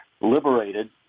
liberated